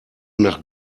nach